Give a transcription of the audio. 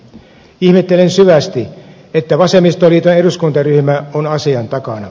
ihmettelen syvästi että vasemmistoliiton eduskuntaryhmä on asian takana